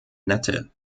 nette